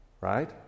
right